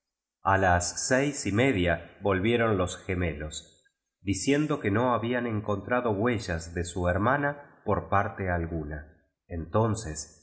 a las seis y media volvieron los gemelos diciendo que no habían encontrado huellas de au hermanea por parte alguna entonces